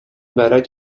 برات